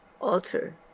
alter